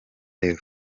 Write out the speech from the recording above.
level